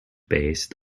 based